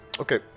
Okay